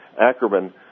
Ackerman